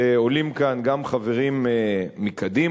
ועולים כאן גם חברים מקדימה,